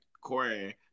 Corey